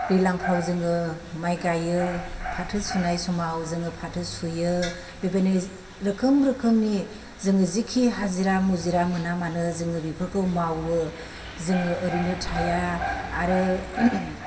दैज्लांफ्राव जोङो माइ गायो फाथो सुनाय समाव जोङो फाथो सुयो बेबायदिनो रोखोम रोखोमनि जोङो जिखि हाजिरा मुजिरा मोना मानो जोङो बेफोरखौ मावो जोङो ओरैनो थाया आरो